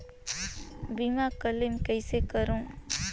बीमा क्लेम कइसे करों?